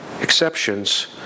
exceptions